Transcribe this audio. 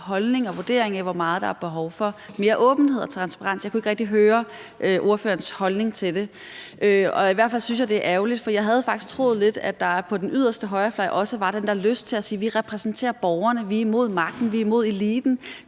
holdning til og vurdering af, hvor meget der er behov for mere åbenhed og transparens. Jeg kunne ikke rigtig høre ordførerens holdning til det. I hvert fald synes jeg, det er ærgerligt, for jeg havde faktisk lidt troet, at der på den yderste højrefløj også var den der lyst til at sige: Vi repræsenterer borgerne; vi er imod magten, vi er imod eliten;